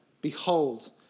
Behold